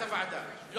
לא.